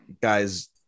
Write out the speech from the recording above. guys